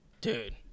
Dude